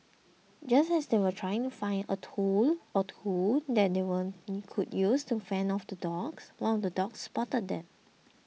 just as they were trying to find a tool or two that they one could use to fend off the dogs one of the dogs spotted them